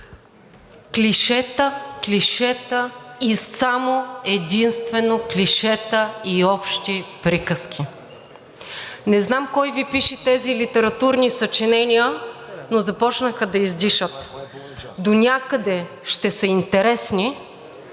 клишета, клишета и само единствено клишета и общи приказки. Не знам кой Ви пише тези литературни съчинения, но започнаха да издишат. Донякъде ще са интересни